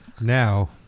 Now